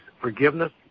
forgiveness